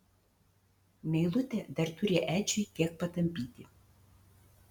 meilutė dar turi edžiui kiek patampyti